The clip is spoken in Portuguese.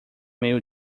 meio